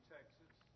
Texas